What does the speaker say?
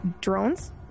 drones